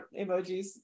emojis